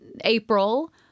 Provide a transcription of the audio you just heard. April